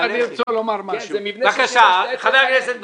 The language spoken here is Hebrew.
זה מה שהתכוונת בהתחלה האצ"ל והלח"י.